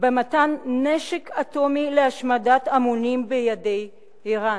במתן נשק אטומי להשמדת המונים בידי אירן.